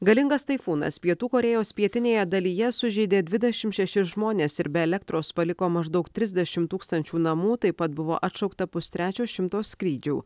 galingas taifūnas pietų korėjos pietinėje dalyje sužeidė dvidešimt šešis žmones ir be elektros paliko maždaug trisdešimt tūkstančių namų taip pat buvo atšaukta pustrečio šimto skrydžių